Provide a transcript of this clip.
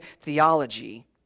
theology